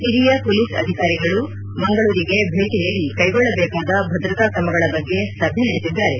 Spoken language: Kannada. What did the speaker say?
ಹಿರಿಯ ಪೊಲೀಸ್ ಅಧಿಕಾರಿಗಳು ಮಂಗಳೂರಿಗೆ ಭೇಟಿ ನೀಡಿ ಕೈಗೊಳ್ಳಬೇಕಾದ ಭದ್ರತಾ ಕ್ರಮಗಳ ಬಗ್ಗೆ ಸಭೆ ನಡೆಸಿದ್ದಾರೆ